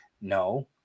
No